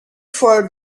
for